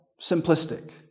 simplistic